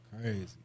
crazy